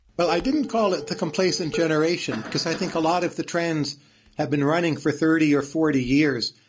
but i didn't call it the complacent generation, because i think a lot of the trends have been running for thirty or forty years,